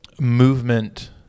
movement